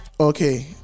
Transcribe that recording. okay